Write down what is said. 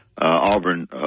Auburn